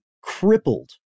crippled